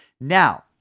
Now